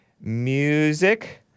music